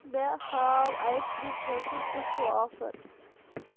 مےٚ ہاو ice cream خٲطرٕ فِسٹو آفر